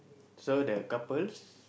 so the couples